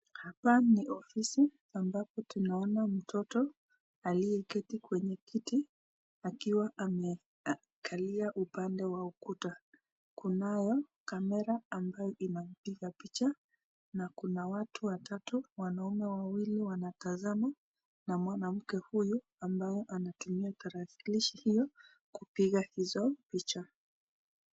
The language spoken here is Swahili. Hapa ni ofisi, ambapo tunaona mtoto aliyeketi kwenye kiti akiwa ameangalia upande wa ukuta. Kunayo kamera inampiga ambayo inampiga picha, na kuna watu watatu, wanaume wawili, wanatazama na mwanamke huyo ambaye anatumia tarakalishi hiyo kupiga hizo picha.